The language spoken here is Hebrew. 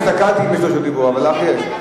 הסתכלתי אם יש רשות דיבור, אבל לך יש.